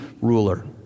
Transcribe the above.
ruler